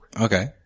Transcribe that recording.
Okay